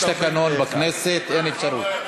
יש תקנון הכנסת ואין אפשרות.